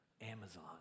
Amazon